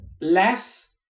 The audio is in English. less